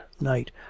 night